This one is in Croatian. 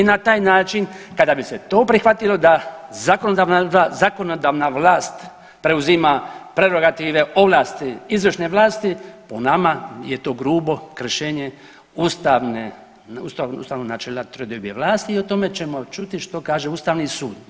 I na taj način kada bi se to prihvatilo da zakonodavna vlast preuzima prerogative ovlasti izvršne vlati po nama je to grubo kršenje ustavnog načela trodiobe vlasti i o tome ćemo čuti što kaže Ustavni sud.